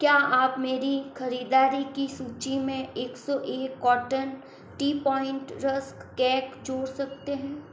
क्या आप मेरी खरीदारी की सूची में एक सौ एक carton T point rusk cake जोड़ सकते हैं